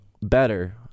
better